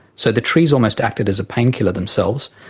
so the trees almost acted as a painkiller themselves,